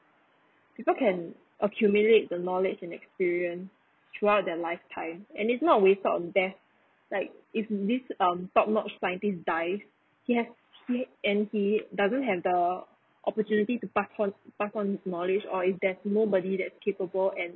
people can accumulate the knowledge and experience throughout their lifetime and is not wasted on death like if these um topnotch scientists dies he has doesn't have the opportunity to pass on pass on his knowledge or if there's nobody that's capable and